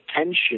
attention